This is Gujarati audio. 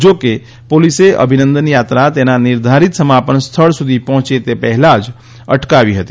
જોકે પોલીસે અભિનંદન યાત્રા તેના નિર્ધારીત સમાપન સ્થળ સુધી પહોંચે તે પહેલા જ અટકાવી હતી